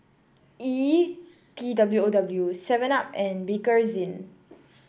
E T W O W Seven Up and Bakerzin